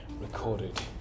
recorded